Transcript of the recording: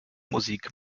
musik